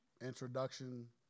introduction